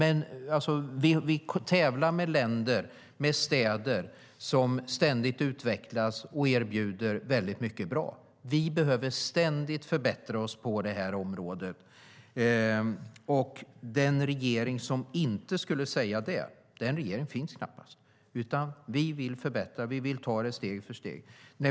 Vi tävlar med länder och städer som ständigt utvecklas och erbjuder väldigt mycket som är bra. Vi behöver ständigt förbättra oss på det här området. Den regering som inte skulle säga det finns knappast. Vi vill förbättra och ta det steg för steg.